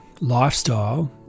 lifestyle